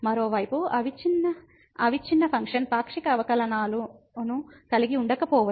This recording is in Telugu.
మరోవైపు అవిచ్ఛిన్న ఫంక్షన్ పాక్షిక అవకలనాలును కలిగి ఉండకపోవచ్చు